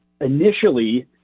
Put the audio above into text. initially—